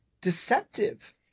deceptive